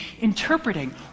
Interpreting